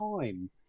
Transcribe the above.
time